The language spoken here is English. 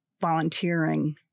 volunteering